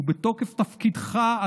ובתוקף תפקידך,